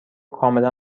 کاملا